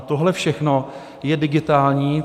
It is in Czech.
Tohle všechno je digitální.